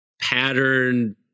pattern